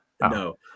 no